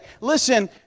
Listen